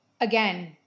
again